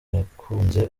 yakunze